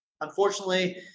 unfortunately